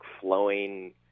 flowing